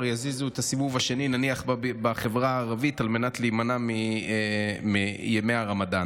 יזיזו את הסיבוב השני נניח בחברה הערבית על מנת להימנע מימי הרמדאן.